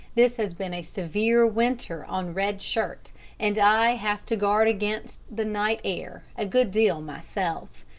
this has been a severe winter on red shirt and i have to guard against the night air a good deal myself.